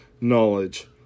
knowledge